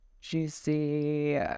juicy